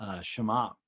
shema